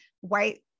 white